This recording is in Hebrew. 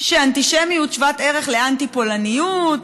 שאנטישמיות שוות ערך לאנטי-פולניות,